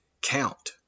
count